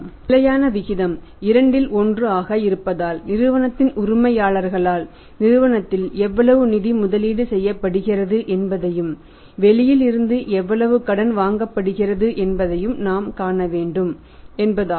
நிலையான விகிதம் 2 1 ஆக இருப்பதால் நிறுவனத்தின் உரிமையாளர்களால் நிறுவனத்தில் எவ்வளவு நிதி முதலீடு செய்யப்படுகிறது என்பதையும் வெளியில் இருந்து எவ்வளவு கடன் வாங்கப்படுகிறது என்பதையும் நாம் காண வேண்டும் என்பதாகும்